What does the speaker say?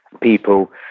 people